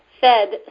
fed